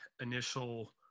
initial